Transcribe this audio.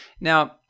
Now